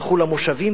הלכו למושבים,